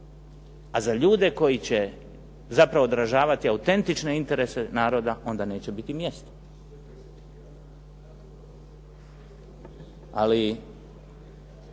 a za ljude koji će zapravo odražavati autentične interese naroda onda neće biti mjesta. Ali